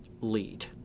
lead